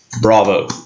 bravo